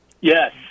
Yes